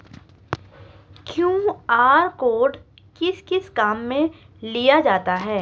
QR code किस किस काम में लिया जाता है?